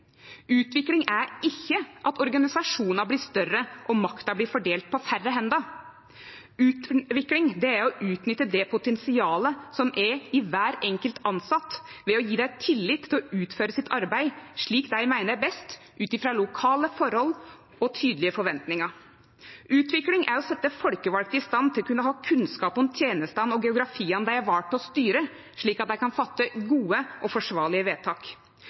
Utvikling er ikkje at organisasjonar blir større, og at makta blir fordelt på færre hender. Utvikling er å utnytte det potensialet som er i kvar enkelt tilsett, ved å gje dei tillit til å utføre arbeidet sitt slik dei meiner er best, ut frå lokale forhold og tydelege forventningar. Utvikling er å setje folkevalde i stand til å kunne ha kunnskap om tenestene og geografien dei er valde til å styre, slik at dei kan gjere gode og forsvarlege vedtak.